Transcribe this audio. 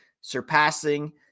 surpassing